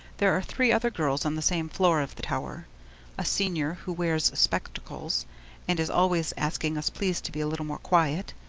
there are three other girls on the same floor of the tower a senior who wears spectacles and is always asking us please to be a little more quiet,